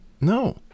No